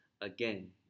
again